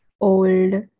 old